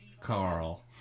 Carl